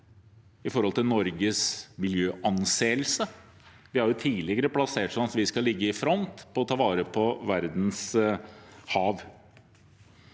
i forhold til Norges miljøanseelse. Vi har jo tidligere plassert oss sånn at vi skal ligge i front når det gjelder å ta vare på verdens hav.